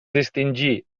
distingí